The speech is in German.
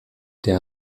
der